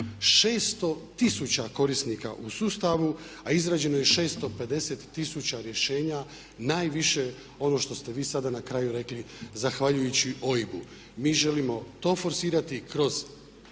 600 tisuća korisnika u sustavu a izrađeno je 650 tisuća rješenja, najviše ono što ste vi sada na kraju rekli zahvaljujući OIB-u. Mi želimo to forsirati kroz